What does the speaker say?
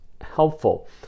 helpful